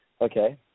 Okay